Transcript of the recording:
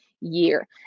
year